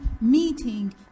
meeting